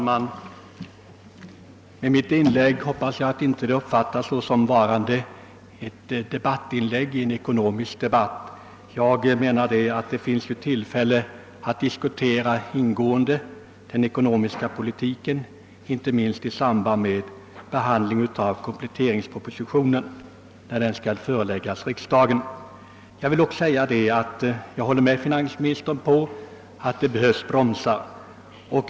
Herr talman! Jag hoppas att mitt inlägg inte uppfattas bara som ett debattinlägg i en ekonomisk debatt. Vi får ju senare tillfälle att ingående diskutera den ekonomiska politiken, inte minst i samband med behandlingen av kompletteringspropositionen. Jag håller med finansministern om att det behövs bromsar.